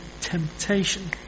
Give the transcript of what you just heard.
temptation